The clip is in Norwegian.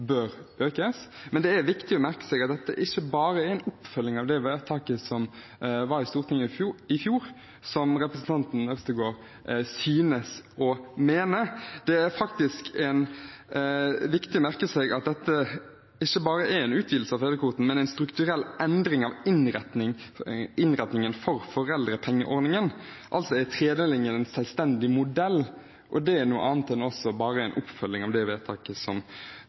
bør økes. Men det er viktig å merke seg at dette ikke bare er en oppfølging av vedtaket i Stortinget i fjor, som representanten Øvstegård synes å mene. Dette er ikke bare en utvidelse av fedrekvoten, men en strukturell endring av innretningen for foreldrepengeordningen. Tredelingen er altså en selvstendig modell. Det er noe annet enn bare en oppfølging av vedtaket fra i fjor. Så merket jeg meg at representanten Sønsterud syntes replikkordskiftet var noe merkelig. Jeg hadde en ganske annen opplevelse av det.